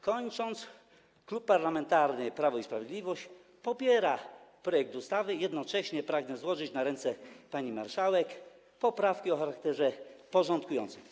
Kończąc, Klub Parlamentarny Prawo i Sprawiedliwość popiera projekt ustawy i jednocześnie pragnie złożyć na ręce pani marszałek poprawki o charakterze porządkującym.